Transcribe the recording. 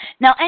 Now